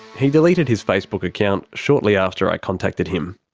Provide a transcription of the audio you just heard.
he deleted his facebook account shortly after i contacted him.